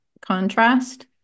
contrast